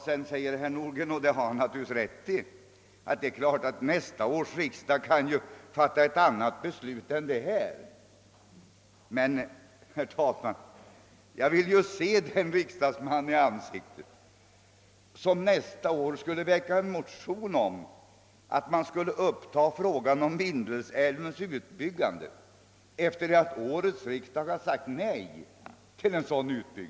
detta har han naturligtvis rätt i — att nästa års riksdag kan fatta ett annat beslut än det vi fattar i dag. Men, herr talman, iag vill se den riksdagsman i ansiktet som nästa år skulle väcka en motion om att vi skulle uppta frågan om Vindelälvens utbyggande efter det alt årets riksdag sagt nej till en sådan utby d.